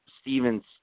Stevens